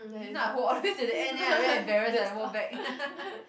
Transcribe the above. if not I walk all the way to the end then I very embarrass when I walk back